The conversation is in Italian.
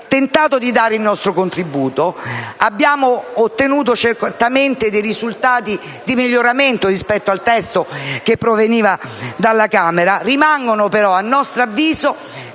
quindi tentato di dare il nostro contributo; abbiamo ottenuto certamente dei risultati di miglioramento rispetto al testo che proveniva dalla Camera; rimangono però a nostro avviso